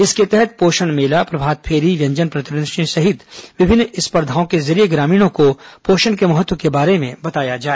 इसके तहत पोषण मेला प्रभात फेरी व्यंजन प्रदर्शनी सहित विभिन्न स्पर्धाओं के जरिये ग्रामीणों को पोषण के महत्व के बारे में बताया जाए